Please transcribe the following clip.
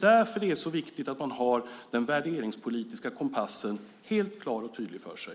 Därför är det viktigt att ha den värderingspolitiska kompassen helt klar och tydlig för sig.